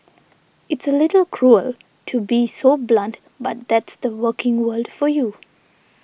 it's a little cruel to be so blunt but that's the working world for you